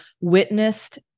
witnessed